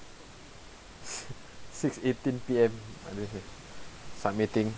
six eighteen P_M submitting